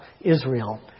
Israel